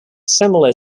similar